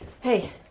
Hey